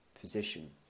position